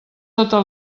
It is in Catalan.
tota